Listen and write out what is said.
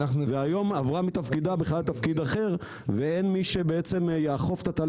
והיום עברה מתפקידה לתפקיד אחר ואין מי שיאכוף את התהליך